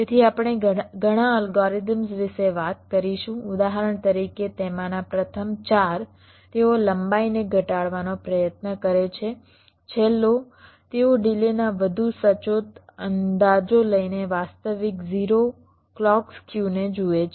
તેથી આપણે ઘણા અલ્ગોરિધમ્સ વિશે વાત કરીશું ઉદાહરણ તરીકે તેમાંના પ્રથમ 4 તેઓ લંબાઈને ઘટાડવાનો પ્રયત્ન કરે છે છેલ્લો તેઓ ડિલેના વધુ સચોટ અંદાજો લઈને વાસ્તવિક 0 ક્લૉક સ્ક્યુને જુએ છે